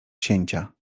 księcia